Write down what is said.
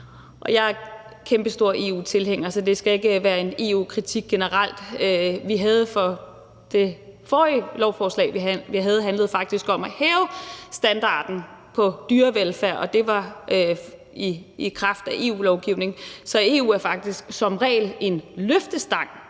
jeg er kæmpestor EU-tilhænger, så det skal ikke være en EU-kritik generelt. Det forrige lovforslag, vi behandlede, handlede faktisk om at hæve standarden for dyrevelfærd, og det var i kraft af EU-lovgivning. Så EU er faktisk som regel en løftestang